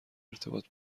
ارتباط